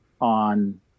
on